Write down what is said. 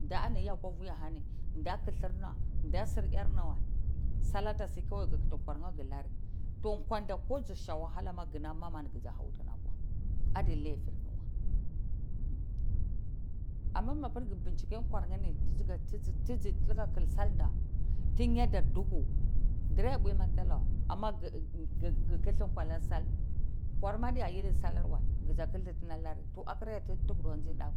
Nda ani yakwa vi ahani nnakilih na nda sir yarna ba sal atasi kawai gi titi kwalmgi nari to kwanda ko dzi sawahala ma ginam mama ni ma gi dzo havtini atawa adi layiniwae adna apir gi bincike kwarnheh ni ti dzi luka kib sal nda tin nyadar duku dora mpwi matsalawai ama gheh kdzi nkwa alasal nkwar ma adiya yidi salar wai gheh dza kdzi kilda tini alan ta akiraya tigira nzzai doteu